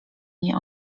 nie